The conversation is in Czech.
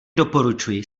doporučuji